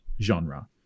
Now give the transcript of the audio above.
genre